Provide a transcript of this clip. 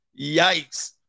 Yikes